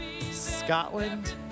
scotland